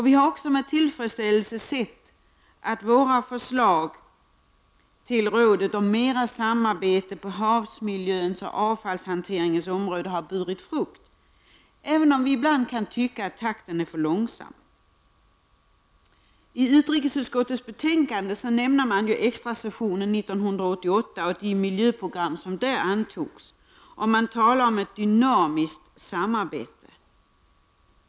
Vi har också med tillfredsställelse sett att våra förslag till rådet om mera samarbete på havsmiljönsoch avfallshanteringens område har burit frukt, även om vi ibland kan tycka att takten är för långsam. I utrikesutskottets betänkande nämner man extrasessionen 1988 och de miljöprogram som där antogs. Man talar om ett dynamiskt samarbete.